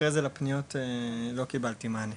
אחרי זה לפניות לא קיבלתי מענה.